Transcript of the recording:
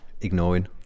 ignoring